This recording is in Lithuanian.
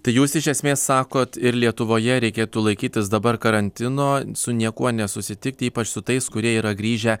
tai jūs iš esmės sakot ir lietuvoje reikėtų laikytis dabar karantino su niekuo nesusitikti ypač su tais kurie yra grįžę